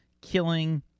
killing